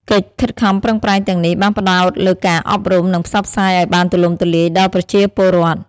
កិច្ចខិតខំប្រឹងប្រែងទាំងនេះបានផ្តោតលើការអប់រំ និងផ្សព្វផ្សាយឲ្យបានទូលំទូលាយដល់ប្រជាពលរដ្ឋ។